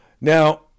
Now